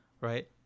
right